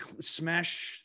smash